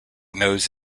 nose